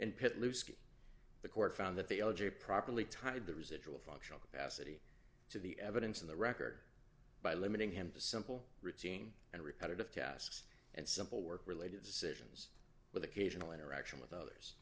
lucy the court found that the l g properly tied the residual functional capacity to the evidence in the record by limiting him to simple routine and repetitive tasks and simple work related decisions with occasional interaction with others